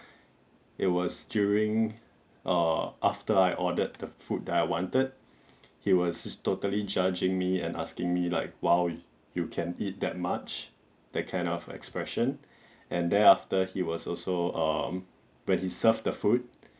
it was during err after I ordered the food that I wanted he was totally judging me and asking me like !wow! you can eat that much that kind of expression and thereafter he was also um when he served the food